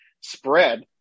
spread